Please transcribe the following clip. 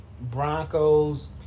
Broncos